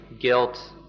guilt